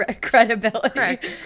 credibility